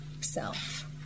self